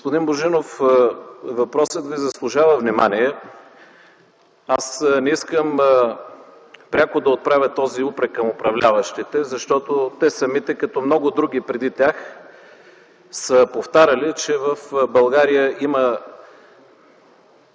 Господин Божинов, въпросът Ви заслужава внимание. Аз не искам пряко да отправя този упрек към управляващите, защото те самите като много други преди тях са повтаряли, че в България има